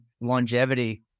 longevity